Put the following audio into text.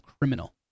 criminal